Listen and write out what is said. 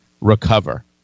recover